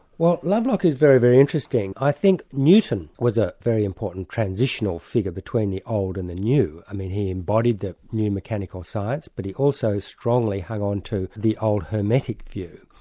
well, lovelock is very, very interesting. i think newton was a very important transitional figure between the old and the new. i mean, he embodied the new mechanical science, but he also strongly hung on to the old hermetic view,